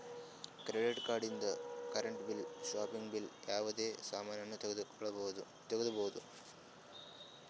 credit card ಇಂದ್ current bill shopping bill ಯಾವುದೇ ಸಾಮಾನ್ನೂ ತಗೋಬೋದು